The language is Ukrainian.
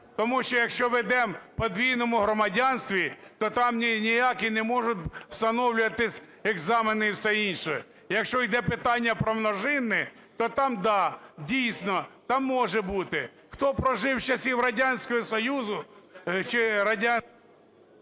Тому що, якщо введемо в подвійному громадянстві, то там ніякі не можуть встановлюватись екзамени і все інше. Якщо йде питання про множинне, то там, да, дійсно там може бути. Хто прожив з часів Радянського Союзу чи… ГОЛОВУЮЧИЙ.